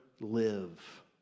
live